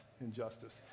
injustice